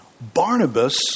Barnabas